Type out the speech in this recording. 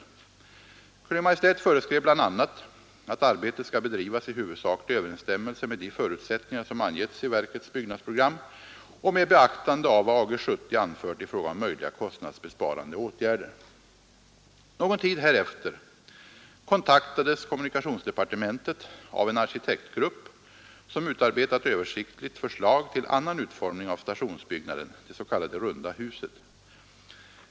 Kungl. Maj:t föreskrev bl.a. att arbetet skall bedrivas i huvudsaklig överensstämmelse med de förutsättningar som angetts i verkets byggnadsprogram och med beaktande av vad Ag 70 anfört i fråga om möjliga kostnadsbesparande åtgärder. Någon tid härefter kontaktades kommunikationsdepartementet av en arkitektgrupp som utarbetat översiktligt förslag till annan utformning av stationsbyggnaden, det s.k. runda huset.